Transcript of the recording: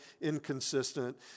inconsistent